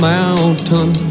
Mountain